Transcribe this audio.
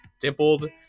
Dimpled